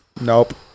Nope